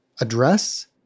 address